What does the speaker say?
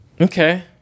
Okay